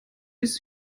bis